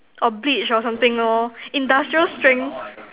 or bleach or something lor industrial strength